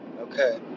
Okay